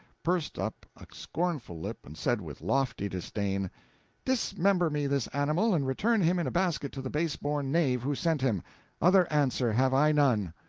pursed up a scornful lip and said with lofty disdain dismember me this animal, and return him in a basket to the base-born knave who sent him other answer have i none!